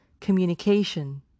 communication